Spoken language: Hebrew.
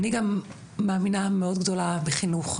אני גם מאמינה מאוד גדולה בחינוך,